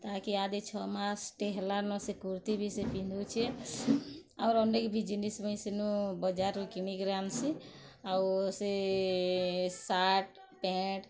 ତାହାକେ ଇହାଦେ ଛ ମାସ୍ଟେ ହେଲାନ ସେ କୁର୍ତ୍ତୀ ବି ସେ ପିନ୍ଧୁଛେ ଆର୍ ଅନେକ ବି ଜିନିଷ୍ ମୁଇଁ ସେନୁ ବଜାରୁ କିନିକରି ଆନ୍ସି ଆଉ ସେ ସାର୍ଟ୍ ପେଣ୍ଟ୍